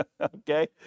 Okay